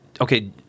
okay